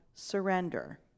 Surrender